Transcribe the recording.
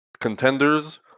contenders